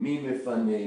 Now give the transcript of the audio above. מי מפנה,